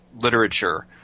literature